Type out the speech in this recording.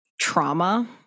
trauma